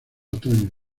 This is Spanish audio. otoño